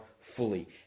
fully